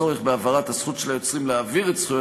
הצורך בהבהרת הזכות של היוצרים להעביר את זכויות